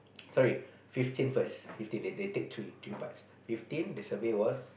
sorry fifteen first fifteen they they they take three three parts fifteen the survey was